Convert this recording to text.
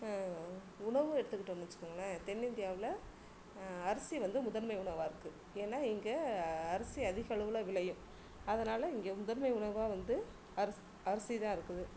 உணவு எடுத்துக்கிட்டோம்னு வெச்சிக்கோங்களேன் தென்னிந்தியாவில் அரிசி வந்து முதன்மை உணவாக இருக்குது ஏன்னா இங்கே அரிசி அதிகளவில் விளையும் அதனால இங்கே முதன்மை உணவாக வந்து அரிசி அரிசி தான் இருக்குது